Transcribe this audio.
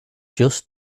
just